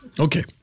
Okay